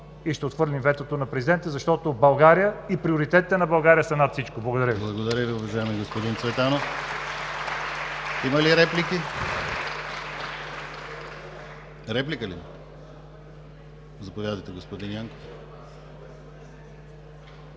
и ще отхвърлим ветото на президента, защото България и приоритетите на България са над всичко. Благодаря Ви.